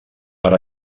per